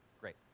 Great